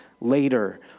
later